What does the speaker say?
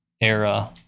Era